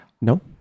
No